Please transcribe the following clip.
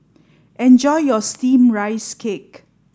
enjoy your steamed rice cake